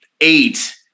eight